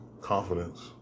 confidence